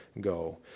go